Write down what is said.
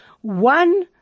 one